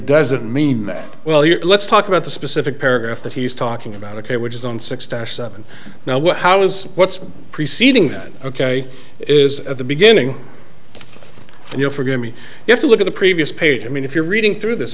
doesn't mean that well yeah let's talk about the specific paragraph that he's talking about ok which is on sixty seven now what how does what's preceding that ok is at the beginning and you'll forgive me if you look at the previous page i mean if you're reading through this